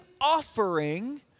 offering